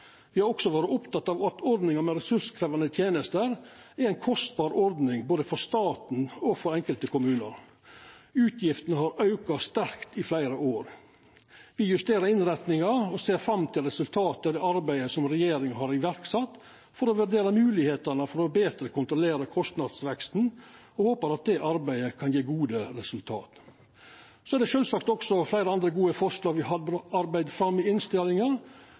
har også vore opptekne av at ordninga med ressurskrevjande tenester er ei kostbar ordning både for staten og for enkelte kommunar. Utgiftene har auka sterkt i fleire år. Me justerer innretninga og ser fram til resultatet av det arbeidet som regjeringa har sett i verk for å vurdera moglegheitene for betre å kontrollera kostnadsveksten, og me håpar det arbeidet kan gje gode resultat. Det er sjølvsagt også fleire andre gode forslag me har arbeidd fram i innstillinga,